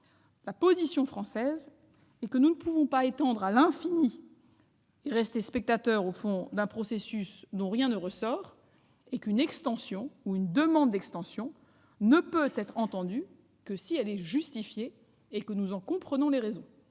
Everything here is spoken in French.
La position française est de dire que nous ne pouvons pas étendre à l'infini, en restant spectateurs d'un processus dont rien ne ressort. Une extension ou une demande d'extension ne peut être entendue que si elle est justifiée et que nous en comprenons les raisons.